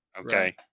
okay